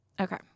Okay